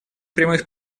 прямых